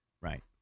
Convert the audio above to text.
Right